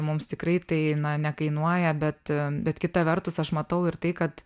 mums tikrai tai na nekainuoja bet bet kita vertus aš matau ir tai kad